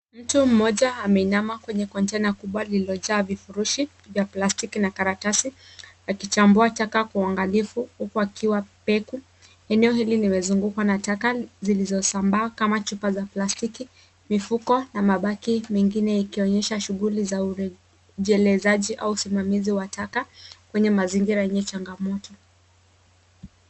Mtu mmoja ameinama kwenye kontaina kubwa lililojaa vifurushi vya plastiki na karatasi akichambua taka kwa uangalifu huku akiwa peku. Eneo hili limezungukwa na taka zilizosamba kama chupa za plastiki, mifuko na mabaki mengine ikionyesha shughuli za uendelezaji au usimamizi wa taka kwenye mazingira yenye changamoto.